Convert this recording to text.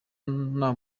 nta